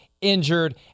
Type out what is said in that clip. injured